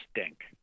stink